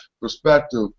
perspective